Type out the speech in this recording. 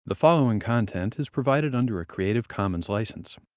the following content is provided under a creative commons license.